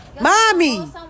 mommy